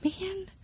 man